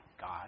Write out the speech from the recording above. God